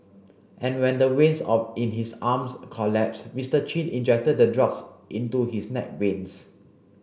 and when the veins of in his arms collapsed Mister Chin injected the drugs into his neck veins